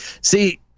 See